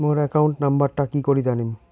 মোর account নাম্বারটা কি করি জানিম?